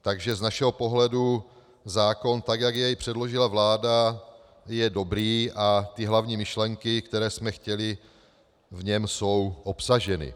Takže z našeho pohledu zákon tak, jak jej předložila vláda, je dobrý a ty hlavní myšlenky, které jsme chtěli, jsou v něm obsaženy.